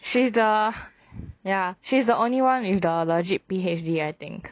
she's the ya she's the only [one] with the legit P_H_D I think